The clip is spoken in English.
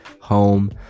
home